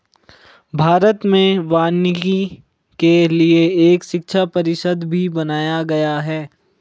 भारत में वानिकी के लिए एक शिक्षा परिषद भी बनाया गया है